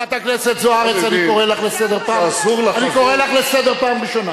חברת הכנסת זוארץ, אני קורא אותך לסדר פעם ראשונה.